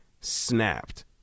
snapped